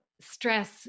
stress